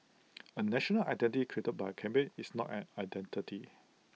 A national identity created by A campaign is not an identity